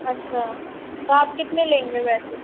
अच्छा तो आप कितने लेंगे वैसे